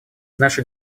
наша